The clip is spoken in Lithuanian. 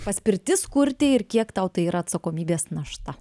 paspirtis kurti ir kiek tau tai yra atsakomybės našta